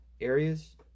areas